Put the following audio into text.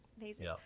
Amazing